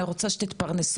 אני רוצה שתתפרנסו,